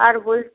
আর বল